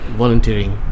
volunteering